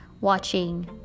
watching